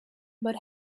but